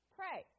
Pray